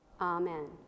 Amen